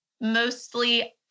mostly